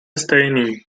stejný